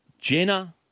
Jenna